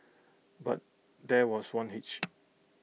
but there was one hitch